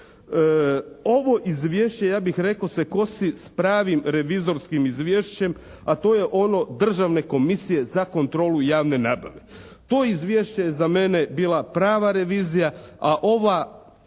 Ovo izvješće ja bih rekao se kosi s pravnim revizorskim izvješćem a to je ono Državne komisije za kontrolu javne nabave. To izvješće je za mene bila prava revizija a ova